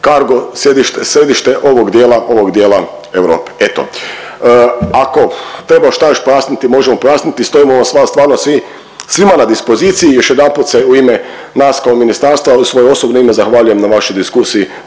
cargo središte ovog dijela Europe. Eto. Ako treba još šta pojasniti možemo pojasniti. Stojimo vam stvarno svima na dispoziciji. Još jedanput se u ime nas kao ministarstva i u svoje osobno ime zahvaljujem na vašoj diskusiji